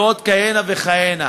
ועוד כהנה וכהנה.